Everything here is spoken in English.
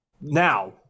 Now